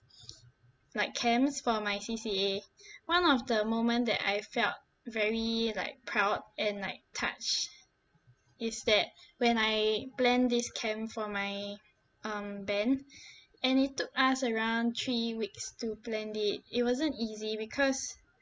like camps for my C_C_A one of the moment that I felt very like proud and like touched is that when I planned this camp for my um band and it took us around three weeks to plan it it wasn't easy because